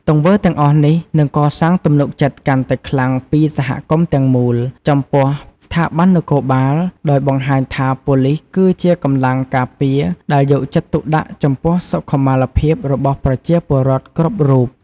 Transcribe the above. ទង្វើទាំងអស់នេះនឹងកសាងទំនុកចិត្តកាន់តែខ្លាំងពីសហគមន៍ទាំងមូល ចំពោះស្ថាប័ននគរបាលដោយបង្ហាញថាប៉ូលិសគឺជាកម្លាំងការពារដែលយកចិត្តទុកដាក់ចំពោះសុខុមាលភាពរបស់ប្រជាពលរដ្ឋគ្រប់រូប។